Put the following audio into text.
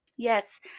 Yes